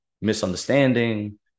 misunderstanding